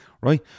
right